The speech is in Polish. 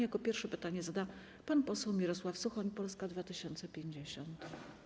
Jako pierwszy pytanie zada pan poseł Mirosław Suchoń, Polska 2050.